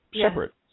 separate